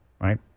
right